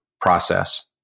process